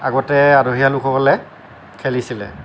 আগতে আদহীয়া লোকসকলে খেলিছিলে